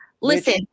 Listen